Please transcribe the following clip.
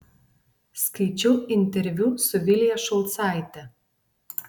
skaičiau interviu su vilija šulcaite